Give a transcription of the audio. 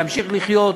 להמשיך לחיות,